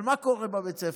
אבל מה קורה בבית הספר?